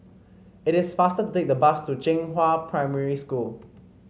it is faster to take the bus to Zhenghua Primary School